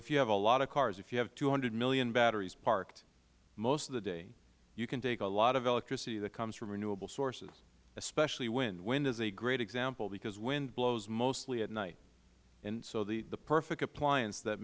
if you have a lot of cars if you have two hundred million batteries parked most of the day you can take a lot of electricity that come from renewable sources especially wind wind is a great example because wind blows mostly at night so the perfect appliance that